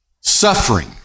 Suffering